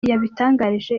yabitangarije